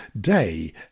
day